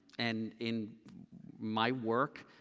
and in my work,